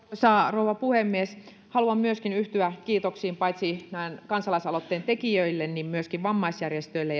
rouva puhemies haluan myöskin yhtyä kiitoksiin paitsi tämän kansalaisaloitteen tekijöille myöskin vammaisjärjestöille